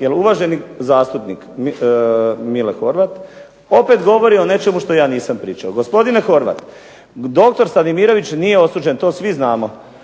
jer uvaženi zastupnik Mile Horvat opet govori o nečemu što ja nisam pričao. Gospodine Horvat, doktor Stanimirović nije osuđen to svi znamo